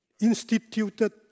instituted